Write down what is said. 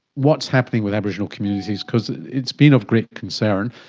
what's happening with aboriginal communities, because it's been of great concern.